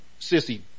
sissy